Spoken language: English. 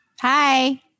Hi